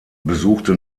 besuchte